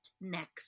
next